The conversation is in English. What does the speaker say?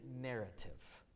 narrative